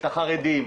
את החרדים,